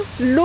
l'eau